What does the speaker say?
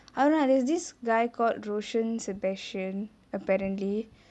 அப்ரோ:apro there's this guy called roshan sebastian apparently